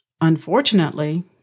Unfortunately